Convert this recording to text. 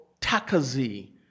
Takazi